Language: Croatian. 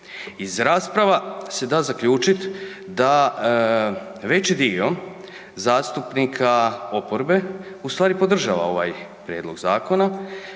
Iz rasprava se da zaključit da veći dio zastupnika oporbe u stvari podržava ovaj prijedlog zakona,